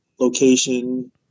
location